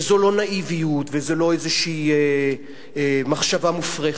וזו לא נאיביות וזו לא איזו מחשבה מופרכת.